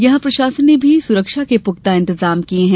यहां प्रशासन ने भी सुरक्षा के पुख्ता इंतजाम किये हैं